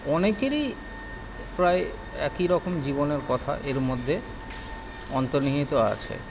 অনেকেরই প্রায় একই রকম জীবনের কথা এর মধ্যে অন্তর্নিহিত আছে